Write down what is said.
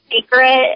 Secret